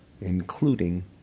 including